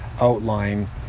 outline